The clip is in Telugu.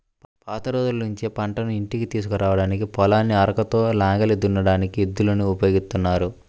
పాత రోజుల్నుంచే పంటను ఇంటికి తీసుకురాడానికి, పొలాన్ని అరకతో నాగలి దున్నడానికి ఎద్దులను ఉపయోగిత్తన్నారు